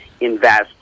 invest